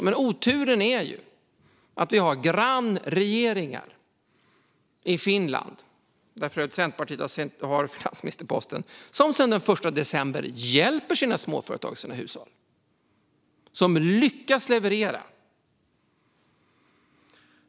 Det oturliga är att vi har grannregeringar, till exempel i Finland, där centerpartiet för övrigt har finansministerposten, som sedan den 1 december hjälper sina småföretag och hushåll - som lyckas leverera.